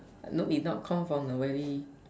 I know we not come from the very